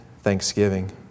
thanksgiving